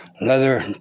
Leather